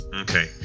okay